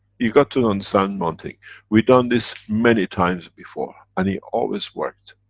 you got to understand one thing, we've done this many times before and it always worked.